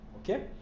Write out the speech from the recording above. okay